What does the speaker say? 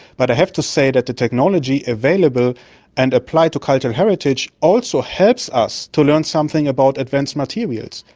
but i have to say that the technology available and applied to cultural heritage also helps us to learn something about advanced materials.